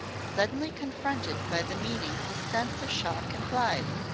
suddenly confronted by the meaning his sense of shock implied.